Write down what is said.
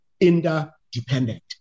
interdependent